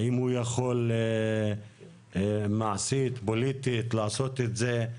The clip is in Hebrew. האם הוא יכול מעשית ופוליטית לעשות את זה.